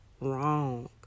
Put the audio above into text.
wrong